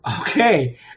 Okay